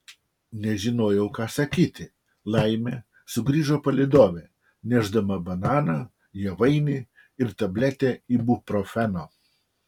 nežinojau ką sakyti laimė sugrįžo palydovė nešdama bananą javainį ir tabletę ibuprofeno